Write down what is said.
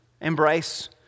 embrace